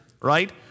right